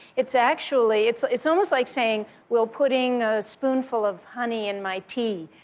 it's actually it's it's almost like saying will putting a spoonful of honey in my tea